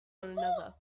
another